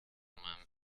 meinem